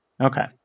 Okay